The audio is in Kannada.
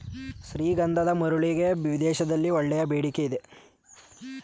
ಶ್ರೀಗಂಧದ ಮರಗಳಿಗೆ ವಿದೇಶಗಳಲ್ಲಿ ಒಳ್ಳೆಯ ಬೇಡಿಕೆ ಇದೆ